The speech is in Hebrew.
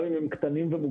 גם אם הם קטנים ומוגבלים.